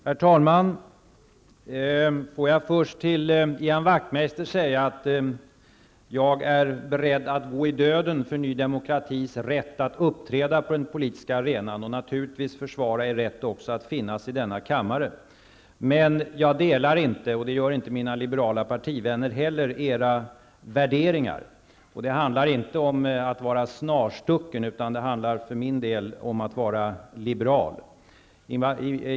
Herr talman! Får jag först till Ian Wachtmeister säga att jag är beredd att gå i döden för ny demokratis rätt att uppträda på den politiska arenan och naturligtvis också försvara er rätt att finnas i denna kammare. Men jag delar inte era värderingar, och det gör inte mina liberala partivänner heller. Det handlar inte om att vara snarstucken, utan för min del om att vara liberal.